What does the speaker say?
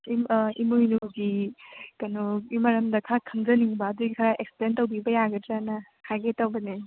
ꯏꯃꯣꯏꯅꯨꯒꯤ ꯀꯩꯅꯣꯒꯤ ꯃꯔꯝꯗ ꯈꯔ ꯈꯪꯖꯅꯤꯡꯕ ꯑꯗꯨꯒꯤ ꯈꯔ ꯑꯦꯛꯁꯄ꯭ꯂꯦꯟ ꯇꯧꯕꯤꯕ ꯌꯥꯒꯗ꯭ꯔꯅ ꯍꯥꯏꯒꯦ ꯇꯧꯕꯅꯦ